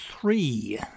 three